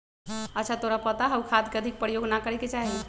अच्छा तोरा पता हाउ खाद के अधिक प्रयोग ना करे के चाहि?